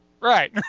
right